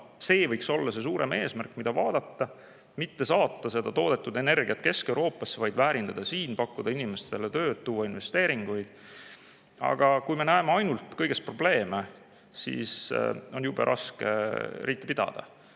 See võiks olla see suurem eesmärk, mida vaadata: et mitte saata toodetud energiat Kesk-Euroopasse, vaid väärindada seda siin, pakkuda inimestele tööd, tuua siia investeeringuid. Aga kui me näeme kõiges ainult probleeme, siis on jube raske riiki pidada.